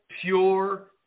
pure